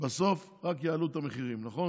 בסוף רק יעלו את המחירים, נכון?